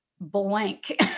blank